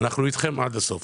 אנחנו איתכם עד הסוף.